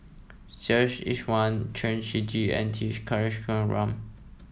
Iswaran Chen Shiji and T Kulasekaram